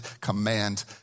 command